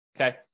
Okay